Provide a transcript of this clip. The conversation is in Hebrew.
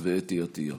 ואתי עטייה.